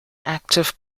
active